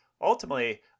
ultimately